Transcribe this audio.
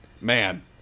man